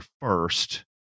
first